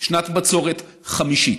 שנת בצורת חמישית.